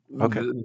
Okay